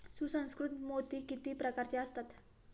सुसंस्कृत मोती किती प्रकारचे असतात?